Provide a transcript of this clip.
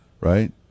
Right